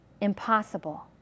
impossible